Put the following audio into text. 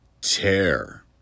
tear